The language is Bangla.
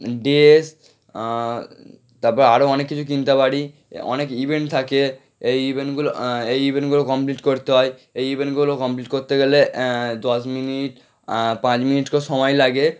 ড্রেস তারপর আরো অনেক কিছু কিনতে পারি অনেক ইভেন্ট থাকে এই ইভেন্টগুলো এই ইভেন্টগুলো কমপ্লিট করতে হয় এই ইভেন্টগুলো কমপ্লিট করতে গেলে দশ মিনিট পাঁচ মিনিট করে সময় লাগে